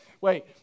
Wait